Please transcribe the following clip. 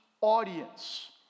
audience